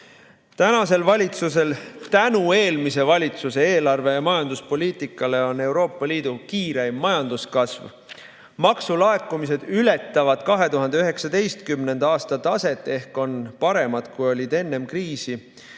Tänasel valitsusel on tänu eelmise valitsuse eelarve- ja majanduspoliitikale Euroopa Liidu kiireim majanduskasv ja maksulaekumised ületavad 2019. aasta taset ehk on paremad, kui olid enne kriisi,